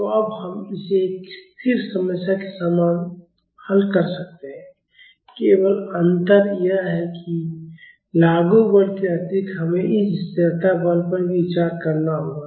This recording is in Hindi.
तो अब हम इसे एक स्थिर समस्या के समान हल कर सकते हैं केवल अंतर यह है कि लागू बल के अतिरिक्त हमें इस जड़ता बल पर भी विचार करना होगा